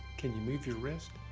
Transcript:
can you move your wrist?